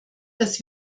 das